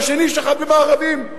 והשני שכב במארבים.